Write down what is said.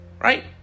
Right